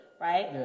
right